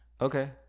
Okay